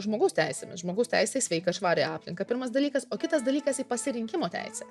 žmogaus teisėmis žmogaus teisė į sveiką švarią aplinką pirmas dalykas o kitas dalykas į pasirinkimo teisę